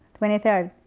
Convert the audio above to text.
twenty three,